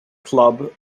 club